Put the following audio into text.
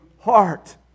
heart